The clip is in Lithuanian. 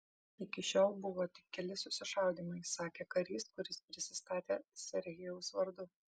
iki šiol buvo tik keli susišaudymai sakė karys kuris prisistatė serhijaus vardu